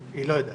היא עונה